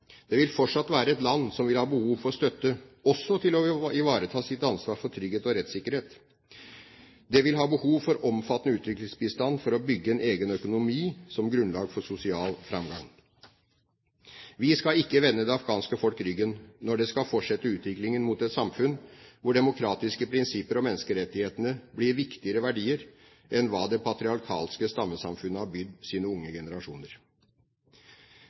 Det vil fortsatt være et land som vil ha behov for støtte også til å ivareta sitt ansvar for trygghet og rettssikkerhet. Det vil ha behov for omfattende utviklingsbistand for å bygge en egen økonomi som grunnlag for sosial framgang. Vi skal ikke vende det afghanske folk ryggen når det skal fortsette utviklingen mot et samfunn hvor demokratiske prinsipper og menneskerettighetene blir viktigere verdier enn hva det patriarkalske stammesamfunnet har bydd sine unge generasjoner.